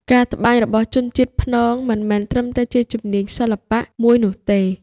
ការត្បាញរបស់ជនជាតិព្នងមិនមែនត្រឹមតែជាជំនាញសិល្បៈមួយនោះទេ។